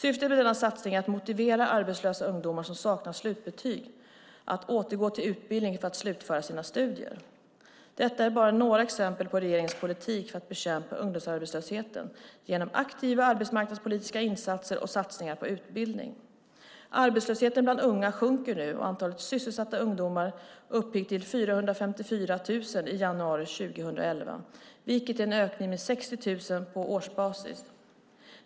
Syftet med satsningen är att motivera arbetslösa ungdomar som saknar slutbetyg att återgå till utbildning för att slutföra sina studier. Detta är bara några exempel på regeringens politik för att bekämpa ungdomsarbetslösheten genom aktiva arbetsmarknadspolitiska insatser och satsningar på utbildning. Arbetslösheten bland unga sjunker nu, och antalet sysselsatta ungdomar uppgick till 454 000 i januari 2011, vilket är en ökning med 60 000 på årsbasis.